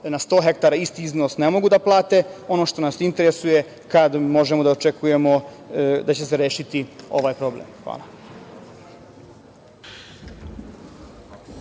na 100 hektara, isti iznos ne mogu da plate. Ono što nas interesuje - kada možemo da očekujemo da će se rešiti ovaj problem? Hvala.